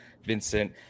Vincent